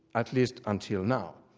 at least until now